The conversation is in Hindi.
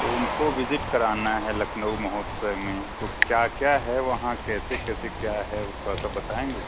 तो उनको विज़िट कराना है लखनऊ महोत्सव में तो क्या क्या है वहाँ कैसे कैसे क्या है ऊ थोड़ा सा बताएँगे